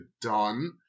done